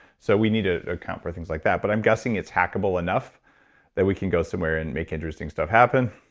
so we need to account for things like that, but i'm guessing it's hackable enough that we can go somewhere and make interesting stuff happen.